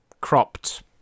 cropped